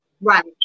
Right